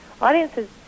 audiences